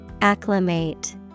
Acclimate